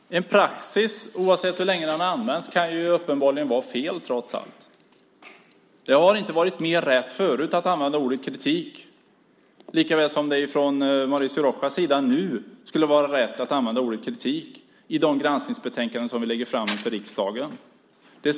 Herr talman! Oavsett hur länge en praxis har använts kan den uppenbarligen trots allt vara fel. Det har inte varit mer rätt förut att använda ordet "kritik", lika lite som det från Mauricio Rojas sida nu skulle vara rätt att använda ordet "kritik" när det gäller de granskningsbetänkanden som vi förelägger riksdagen.